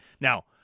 Now